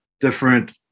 different